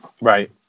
right